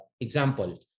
Example